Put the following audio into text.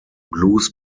blues